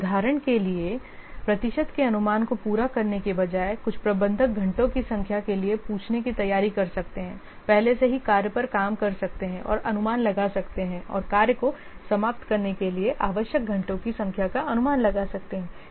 उदाहरण के लिए प्रतिशत के अनुमान को पूरा करने के बजाय कुछ प्रबंधक घंटों की संख्या के लिए पूछने की तैयारी कर सकते हैं पहले से ही कार्य पर काम कर सकते हैं और अनुमान लगा सकते हैं और कार्य को समाप्त करने के लिए आवश्यक घंटों की संख्या का अनुमान लगा सकते हैं